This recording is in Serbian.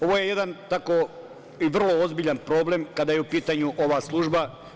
Ovo je jedan vrlo ozbiljan problem kada je u pitanju ova služba.